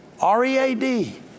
R-E-A-D